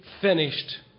finished